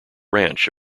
ranch